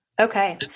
Okay